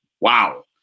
Wow